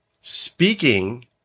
Speaking